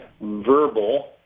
verbal